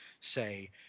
say